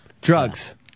Drugs